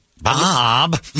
Bob